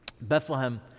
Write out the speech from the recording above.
Bethlehem